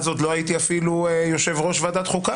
אז עוד לא הייתי אפילו יושב-ראש ועדת חוקה.